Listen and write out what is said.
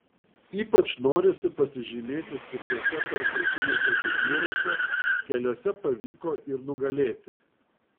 ypač norisi pasižymėti stipriuose tarptautiniuose turnyruose keliuose pavyko ir nugalėti